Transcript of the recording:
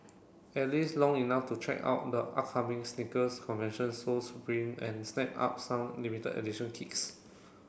at least long enough to check out the upcoming sneakers convention Sole supreme and snap up some limited edition kicks